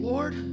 Lord